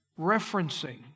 referencing